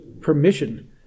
permission